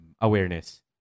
awareness